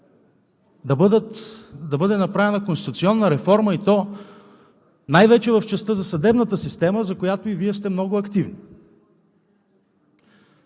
да бъде направена конституционна реформа, и то най-вече в частта за съдебната система, за която и Вие сте много активни.